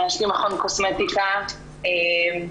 אין ברירה.